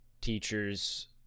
teachers